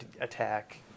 attack